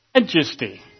majesty